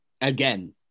again